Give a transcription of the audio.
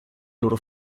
loro